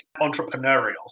entrepreneurial